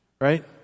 right